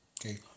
Okay